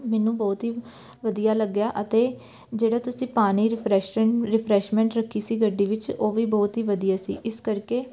ਮੈਨੂੰ ਬਹੁਤ ਹੀ ਵਧੀਆ ਲੱਗਿਆ ਅਤੇ ਜਿਹੜਾ ਤੁਸੀਂ ਪਾਣੀ ਰਿਫਰੈਸ਼ਨ ਰਿਫਰੈਸ਼ਮੈਂਟ ਰੱਖੀ ਸੀ ਗੱਡੀ ਵਿੱਚ ਉਹ ਵੀ ਬਹੁਤ ਹੀ ਵਧੀਆ ਸੀ ਇਸ ਕਰਕੇ